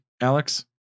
Alex